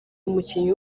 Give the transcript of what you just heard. umukinnyi